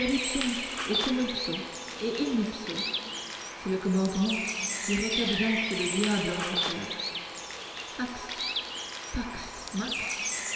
et in ipso c'est le commandement qui recadenasse le diable en enfer hax pax max